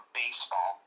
baseball